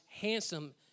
handsome